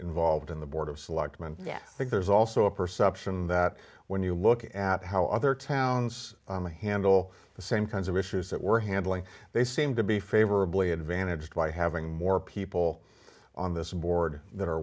involved in the board of selectmen yes i think there's also a perception that when you look at how other towns on the handle the same kinds of issues that we're handling they seem to be favorably advantaged by having more people on this board that are